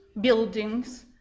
buildings